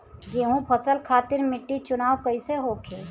गेंहू फसल खातिर मिट्टी चुनाव कईसे होखे?